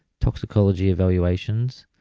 toxicology evaluations,